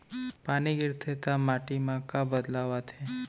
पानी गिरथे ता माटी मा का बदलाव आथे?